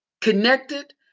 Connected